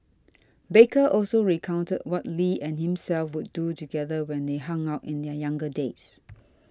baker also recounted what Lee and himself would do together when they hung out in their younger years